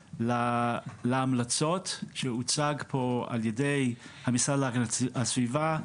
להמלצות שהוצג פה על ידי המשרד להגנת הסביבה,